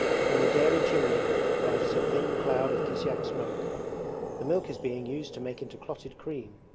from the dairy chimney rises a thin cloud of kisyak smoke the milk is being used to make into clotted cream.